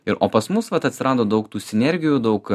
ir o pas mus vat atsirado daug tų sinergijų daug